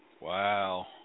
Wow